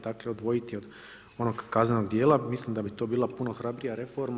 Dakle, odvojiti od onog kaznenog dijela mislim da bi to bila puno hrabrija reforma.